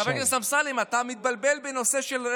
חבר הכנסת אמסלם, עוד לא דיברתי על המספרים.